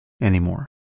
anymore